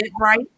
right